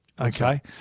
Okay